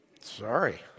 Sorry